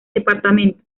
departamento